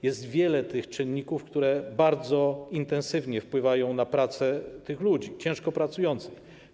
Jest wiele tych czynników, które bardzo intensywnie wpływają na prace tych ciężko pracujących ludzi.